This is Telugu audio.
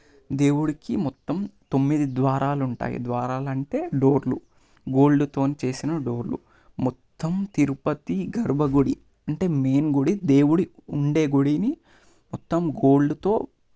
దేవుడికి మొత్తం తొమ్మిది ద్వారాలు ఉంటాయి ద్వారాలు అంటే డోర్లు గోల్డ్తో చేసిన డోర్లు మొత్తం తిరుపతి గర్భగుడి అంటే మెయిన్ గుడి దేవుడి ఉండే గుడిని మొత్తం గోల్డుతో